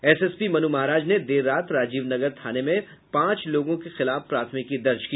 SSP Manu Maharaj ने देर रात राजीव नगर थाने में पांच लोगों के खिलाफ प्राथमिकी दर्ज की